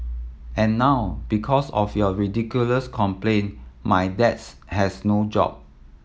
and now because of your ridiculous complaint my dads has no job